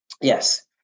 Yes